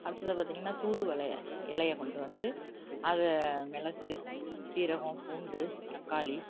அடுத்ததாக பார்த்திங்ன்னா தூதுவளையை இலய கொண்டுவந்து அதை மிளகு சீரகம் பூண்டு தக்காளி